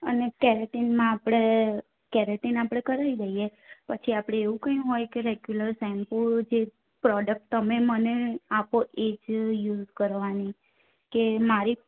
અને કેરાટિનમાં આપણે કેરેટીન આપણે કરાવી દઈએ પછી આપણે એવું કંઈ હોય કે રેગ્યુલર શેમ્પુ જે પ્રોડક્ટ તમે મને આપો એ જ યુઝ કરવાની કે મારી